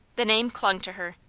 the name clung to her.